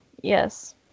yes